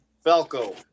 Falco